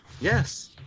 Yes